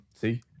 see